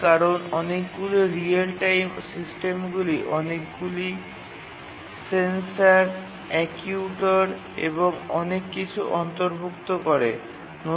কারণ real time system কিছু sensor actuator ইত্যাদি অন্তর্ভুক্ত করে রাখে